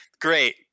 Great